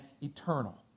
eternal